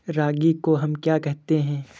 रागी को हम क्या कहते हैं?